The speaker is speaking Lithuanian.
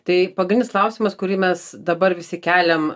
tai pagrindinis klausimas kurį mes dabar visi keliam